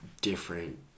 different